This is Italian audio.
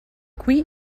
qui